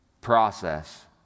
process